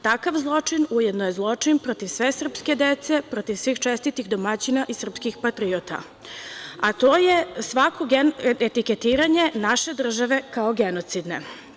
Takav zločin ujedno je zločin protiv sve srpske dece, protiv svih čestitih domaćina i srpskih patriota, a to je etiketiranje naše države kao genocidne.